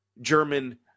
German